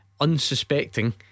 Unsuspecting